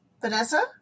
Vanessa